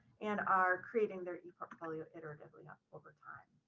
and are creating their eportfolio iteratively over time.